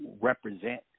represent